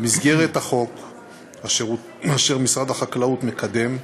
במסגרת החוק אשר משרד החקלאות מקדם,